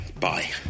bye